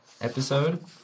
episode